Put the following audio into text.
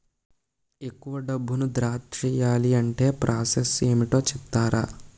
ఎక్కువ డబ్బును ద్రా చేయాలి అంటే ప్రాస సస్ ఏమిటో చెప్తారా?